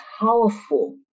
powerful